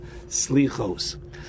Slichos